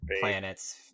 planets